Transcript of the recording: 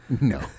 No